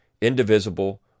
indivisible